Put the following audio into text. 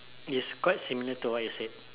it's quite similar to what you said